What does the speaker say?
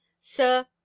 sir